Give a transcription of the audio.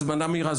הזמנה מהירה,